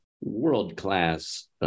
world-class